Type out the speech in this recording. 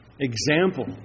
example